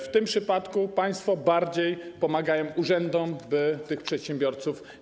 W tym przypadku państwo bardziej pomagają urzędom, by gnębić przedsiębiorców.